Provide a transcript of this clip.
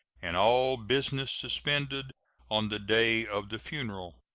and all business suspended on the day of the funeral.